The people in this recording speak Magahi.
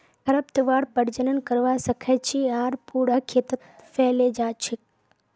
खरपतवार प्रजनन करवा स ख छ आर पूरा खेतत फैले जा छेक